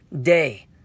day